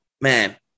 Man